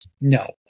no